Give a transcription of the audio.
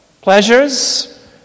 Pleasures